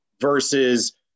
versus